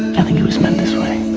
i think it was meant this way